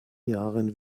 jahren